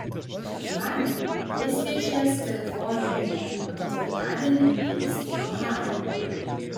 šeštadienį jis viešės kalifornijoje o ketvirtadienį vyks į ohają